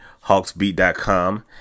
Hawksbeat.com